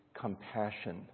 compassion